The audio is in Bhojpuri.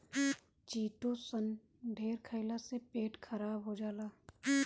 चिटोसन ढेर खईला से पेट खराब हो जाला